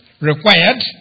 required